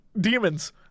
demons